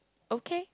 okay